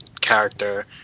character